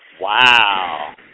Wow